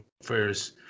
affairs